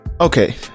Okay